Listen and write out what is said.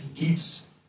Yes